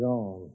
on